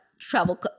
travel